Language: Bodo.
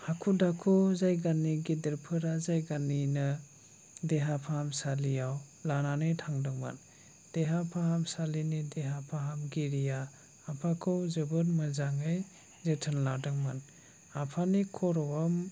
हाखु दाखु जायगानि गेदेरफोरा जायगानिनो देहा फाहामसालियाव लानानै थांदोंमोन देहा फाहामसालिनि देहा फाहामगिरिआ आफाखौ जोबोद मोजाङै जोथोन लादोंमोन आफानि खर'आव